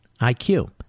IQ